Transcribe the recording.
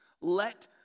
Let